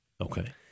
Okay